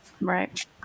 Right